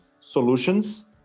solutions